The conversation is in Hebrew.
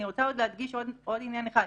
אני רוצה להדגיש עוד עניין אחד.